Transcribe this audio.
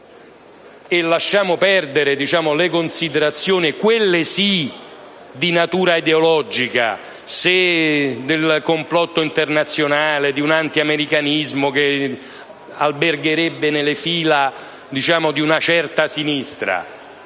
Lasciamo perdere poi le considerazioni - quelle sì di natura ideologica - in merito a un complotto internazionale, all'antiamericanismo che albergherebbe nelle fila di una certa sinistra.